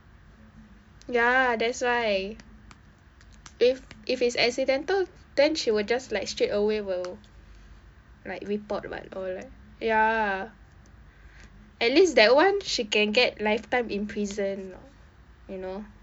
ya that's why if if it's accidental then she will just like straight away will like report what or like ya at least that one she can get lifetime in prison you know